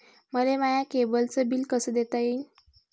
मले माया केबलचं बिल कस देता येईन?